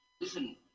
Listen